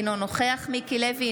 אינו נוכח מיקי לוי,